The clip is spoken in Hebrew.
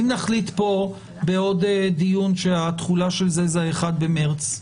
אם נחליט פה בעוד דיון שהתחולה היא ה-1 במרץ?